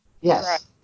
Yes